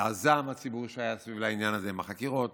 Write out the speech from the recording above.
והזעם הציבורי שהיה סביב העניין הזה עם החקירות.